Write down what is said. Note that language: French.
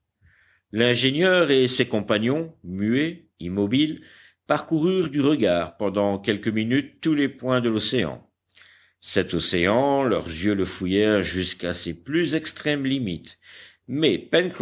l'ingénieur et ses compagnons muets immobiles parcoururent du regard pendant quelques minutes tous les points de l'océan cet océan leurs yeux le fouillèrent jusqu'à ses plus extrêmes limites mais